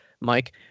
Mike